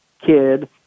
kid